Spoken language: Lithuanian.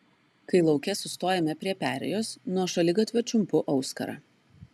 kai lauke sustojame prie perėjos nuo šaligatvio čiumpu auskarą